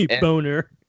boner